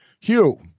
Hugh